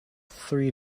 three